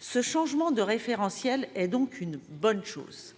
Ce changement de référentiel est donc une bonne chose.